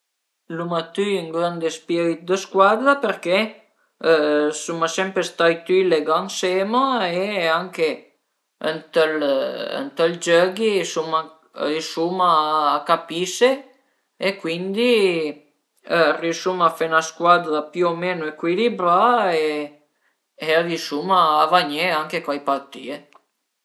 L'event furmatìu dë mia vita al e stait cuandi a scola l'uma fait ën convegno propi sü l'agricultüra, cuindi al propi piazüme përché a i eru dë coze che mi savìu propi pa e lur al an dime cume al era la realtà di fatti